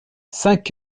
cinq